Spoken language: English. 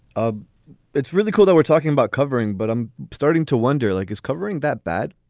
ah it's really cool that we're talking about covering, but i'm starting to wonder, like, is covering that bad?